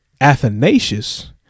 Athanasius